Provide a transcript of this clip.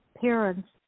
parents